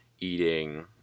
eating